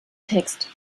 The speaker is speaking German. text